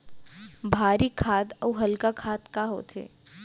भारी खाद अऊ हल्का खाद का होथे?